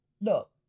Look